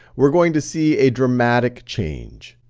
we're going to see a dramatic change.